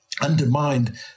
undermined